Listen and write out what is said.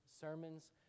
sermons